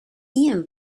ian